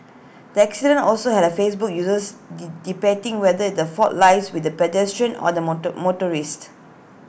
the accident also had A Facebook users de debating whether the fault lies with the pedestrian or the motor motorcyclist